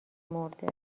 مرده